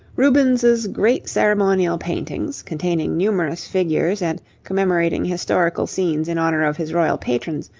rubens's great ceremonial paintings, containing numerous figures and commemorating historical scenes in honour of his royal patrons,